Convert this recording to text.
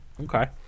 Okay